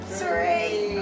three